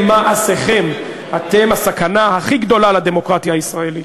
במעשיכם אתם הסכנה הכי גדולה לדמוקרטיה הישראלית.